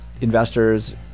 investors